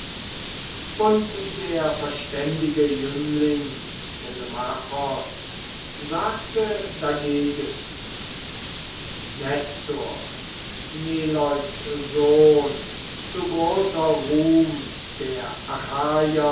und der verständige jüngling telemachos sagte dagegen nestor neleus sohn du großer ruhm der